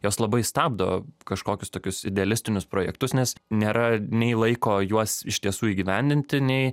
jos labai stabdo kažkokius tokius idealistinius projektus nes nėra nei laiko juos iš tiesų įgyvendinti nei